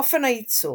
אופן הייצור